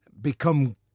become